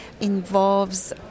involves